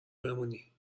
بمونی